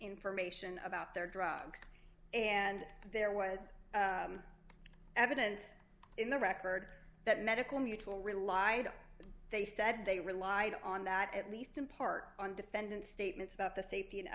information about their drugs and there was evidence in the record that medical mutual relied they said they relied on that at least in part on defendant's statements about the safety